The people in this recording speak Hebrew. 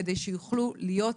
על מנת שיוכלו להיות